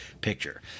picture